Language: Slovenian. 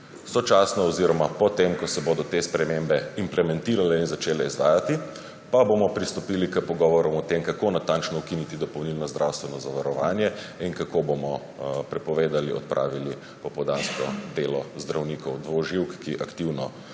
Sočasno oziroma po tem, ko se bodo te spremembe implementirale in začele izvajati, pa bomo pristopili k pogovorom o tem, kako natančno ukiniti dopolnilno zdravstveno zavarovanje in kako bomo prepovedali, odpravili popoldansko delo zdravnikov dvoživk, ki aktivno